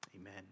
Amen